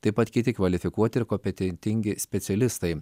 taip pat kiti kvalifikuoti ir kompetentingi specialistai